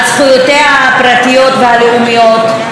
על זכויותיה הפרטיות והלאומיות.